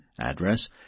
address